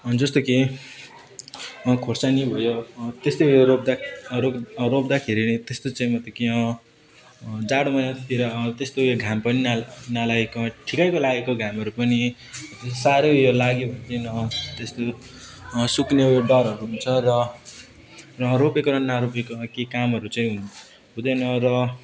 जस्तो कि खोर्सानी भयो त्यस्तै गरेर रोप्दा रोप रोप्दाखेरि नै त्यस्तो चाहिँ म ती क्या जाडो महिनातिर त्यस्तो यो घाम पनि ना नलागेको ठिकैको लागेको घामहरू पनि साह्रै यो लाग्यो भने पनि त्यस्तो सुक्ने उयो डरहरू हुन्छ र रोपेको र नरोपिएकोमा के कामहरू चाहिँ हु हुँदैन र